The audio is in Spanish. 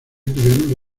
tuvieron